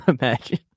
imagine